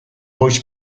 voice